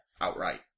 outright